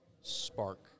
spark